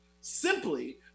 simply